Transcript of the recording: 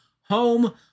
home